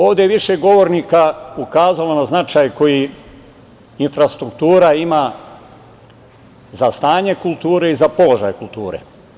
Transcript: Ovde je više govornika ukazalo na značaj koji infrastruktura ima za stanje kulture i za položaj kulture.